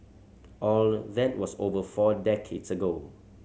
all that was over four decades ago